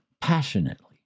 passionately